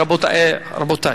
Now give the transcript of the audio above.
רבותי,